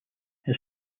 his